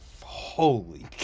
holy